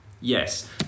Yes